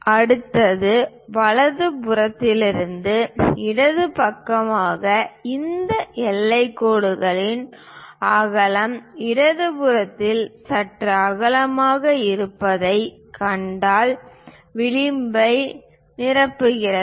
அடுத்தது வலதுபுறத்திலிருந்து இடது பக்கமாக இந்த எல்லைக் கோடுகளின் அகலம் இடது புறத்தில் சற்று அகலமாக இருப்பதைக் கண்டால் விளிம்பை நிரப்புகிறது